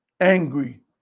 angry